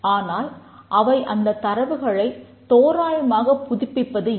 ஆனால் அவை அந்தத் தரவுகளை தோராயமாக புதுப்பிப்பது இல்லை